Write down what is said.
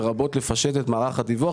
לרבות פישוט מערך הדיווח,